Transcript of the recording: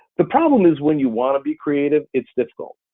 the problem is when you wanna be creative, it's difficult,